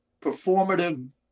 performative